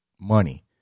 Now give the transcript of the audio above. money